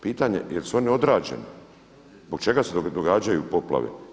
Pitanje jel' su oni odrađeni, zbog čega se događaju poplave?